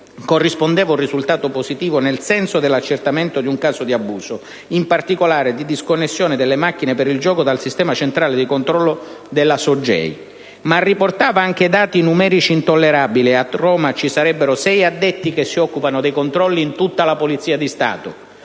corrispondeva un risultato positivo, nel senso dell'accertamento di un caso di abuso (in particolare, di disconnessione delle macchine per il gioco dal sistema centrale di controllo della SOGEI), ma ha riportato anche dati numerici intollerabili: a Roma ci sarebbero sei addetti che si occupano dei controlli in tutta la Polizia di Stato,